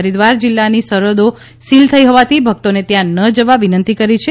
હરિદ્વાર જિલ્લાની સરહદો સીલ થઈ હોવાથી ભક્તોને ત્યાં ન જવા વિનંતી કરી છે